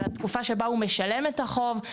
התקופה שבה הוא משלם את החוב,